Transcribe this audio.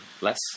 less